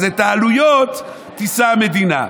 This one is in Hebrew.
אז בעלויות תישא המדינה.